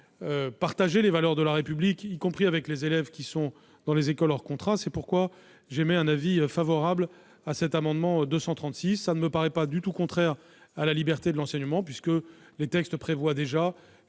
partager les valeurs de la République, y compris avec les élèves des écoles hors contrat. C'est pourquoi j'émets un avis favorable sur cet amendement n° 236. Cette disposition ne me paraît pas du tout contraire à la liberté de l'enseignement, puisque les textes prévoient déjà